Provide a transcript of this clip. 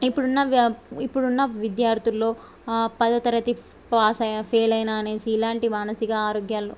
ఇప్పుడున్న వ్య ఇప్పుడున్న విద్యార్థుల్లో పదో తరగతి పాస్ అయ్యి ఫెయిల్ అయినా అనేసి ఇలాంటి మానసిక ఆరోగ్యాలు